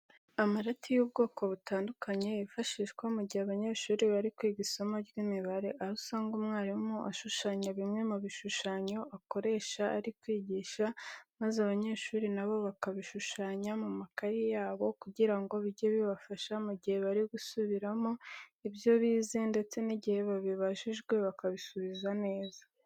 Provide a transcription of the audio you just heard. Amarati y'ubwoko butandukanye yifashishwa mu gihe abanyeshuri bari kwiga isomo ry'imibare, aho usanga umwarimu ashushanya bimwe mu bishushanyo akoresha ari kwigisha maze abanyeshuri na bo bakabishushanya mu makayi yabo kugira ngo bijye bibafasha mu gihe bari gusubiramo ibyo bize ndetse n'igihe babibajijwe bakabisubiza neza .